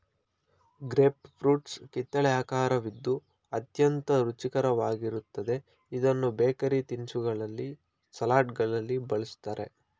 grape fruits ಕಿತ್ತಲೆ ಆಕರವಿದ್ದು ಅತ್ಯಂತ ರುಚಿಕರವಾಗಿರುತ್ತದೆ ಇದನ್ನು ಬೇಕರಿ ತಿನಿಸುಗಳಲ್ಲಿ, ಸಲಡ್ಗಳಲ್ಲಿ ಬಳ್ಸತ್ತರೆ